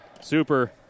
Super